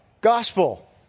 gospel